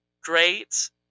great